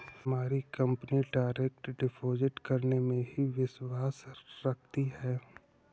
हमारी company direct deposit करने में ही विश्वास रखती है